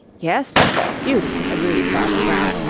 yes, that's a beauty, agreed father brown,